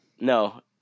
No